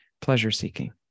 pleasure-seeking